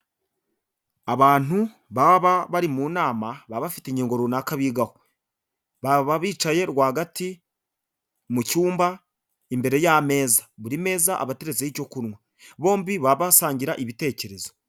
Abantu baba bari mu nama, baba bafite ingingo runaka bigaho, baba bicaye rwagati mu cyumba imbere y'ameza, buri meza aba atereretseho icyo kunywa, bombi baba basangira ibitekerezo.